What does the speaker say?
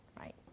Right